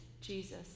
Jesus